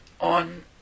on